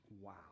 Wow